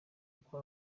uko